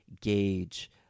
gauge